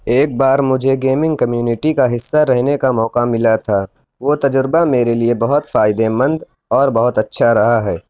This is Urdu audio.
ایک بار مجھے گیمنگ کمیونٹی کا حصّہ رہنے کا مو قع ملا تھا وہ تجربہ میرے لیے بہت فائدے مند اور بہت اچھا رہا ہے